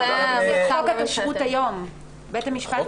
חוק הכשרות היום, בית המשפט --- לענייני משפחה.